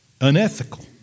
unethical